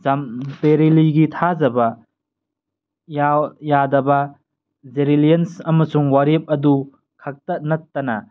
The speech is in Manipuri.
ꯖꯝꯄꯦꯔꯤꯂꯤꯒꯤ ꯊꯥꯖꯕ ꯌꯥꯗꯕ ꯖꯦꯔꯤꯂꯤꯌꯦꯟꯁ ꯑꯃꯁꯨꯡ ꯋꯥꯔꯦꯞ ꯑꯗꯨ ꯈꯛꯇ ꯅꯠꯇꯅ